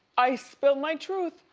i spilled my truth.